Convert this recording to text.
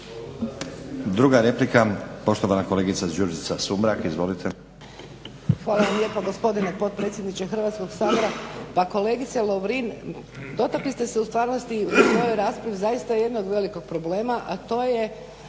Druga replika, poštovana kolegica Đurđica Sumrak. Izvolite. **Sumrak, Đurđica (HDZ)** Hvala vam lijepa gospodine potpredsjedniče Hrvatskog sabora. Pa kolegice Lovrin, dotakli ste se u stvarnosti u ovoj raspravi zaista jednog velikog problema a to su